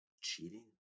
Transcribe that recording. cheating